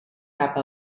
cap